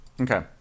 Okay